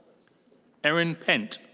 erin pente.